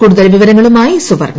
കൂടുതൽവിവരങ്ങളുമായിസുവർണ